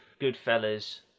Goodfellas